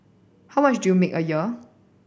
how much do you make a year